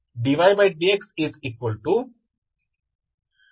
ಈಗ ನೀವು ಈ ಒ